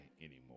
anymore